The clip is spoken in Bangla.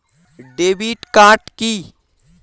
Debit card key?